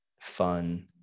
fun